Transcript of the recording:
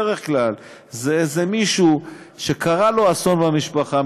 בדרך כלל זה מישהו שקרה לו אסון במשפחה,